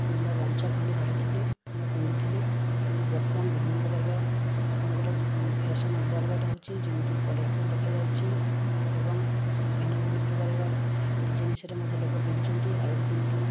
କିମ୍ବା ଗାମୁଛା ଖଣ୍ଡେ ଧରୁଥିଲେ ବା ପିନ୍ଧୁଥିଲେ କିନ୍ତୁ ବର୍ତ୍ତମାନ ବିଭିନ୍ନ ପ୍ରକାରର ଲୋକଙ୍କର ଫ୍ୟାସନ୍ ଅଲଗା ଅଲଗା ରହୁଛି ଯେମିତିକି କଲରଫୁଲ୍ ଦେଖାଯାଉଛି ଏବଂ ଭିନ୍ନ ଭିନ୍ନ ପ୍ରକାରର ଡ଼ିଜାଇନ୍ ହିସାବରେ ଲୋକେ ମଧ୍ୟ ପିନ୍ଧୁଛନ୍ତି ଆଗରୁ କିନ୍ତୁ